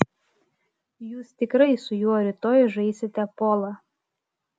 jūs tikrai su juo rytoj žaisite polą